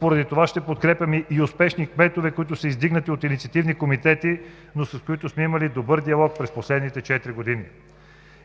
Поради това ще подкрепяме и успешни кметове, които са издигнати от инициативни комитети, но с които сме имали добър диалог през последните четири години.